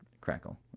Crackle